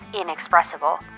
inexpressible